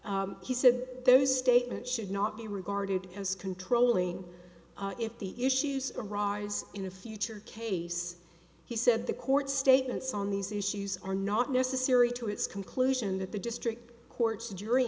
possessed he said those statements should not be regarded as controlling if the issues arise in a future case he said the court statements on these issues are not necessary to its conclusion that the district court's jury